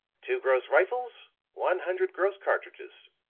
two gross rifles one hundred gross cartridges.